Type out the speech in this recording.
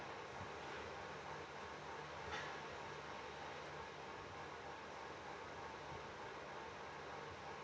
mm